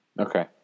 Okay